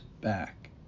back